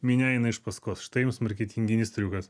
minia eina iš paskos štai jums marketinginis triukas